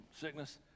sickness